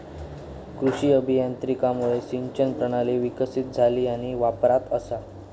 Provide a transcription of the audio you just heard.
कृषी अभियांत्रिकीमुळा सिंचन प्रणाली विकसीत झाली आणि वापरात असा